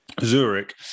Zurich